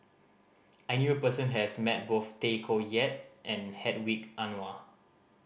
I knew a person has met both Tay Koh Yat and Hedwig Anuar